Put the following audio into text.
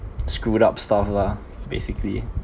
screwed up stuff lah basically